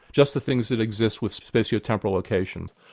just the things that exist with spatial temporal location.